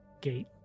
gate